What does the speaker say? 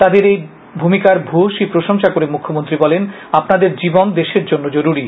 তাদের এই ভূমিকার ভ্য়সী প্রশংসা করে মুখ্যমন্ত্রী বলেন আপনাদের জীবন দেশের জন্য জরুরি